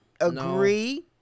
agree